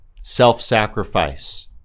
self-sacrifice